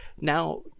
Now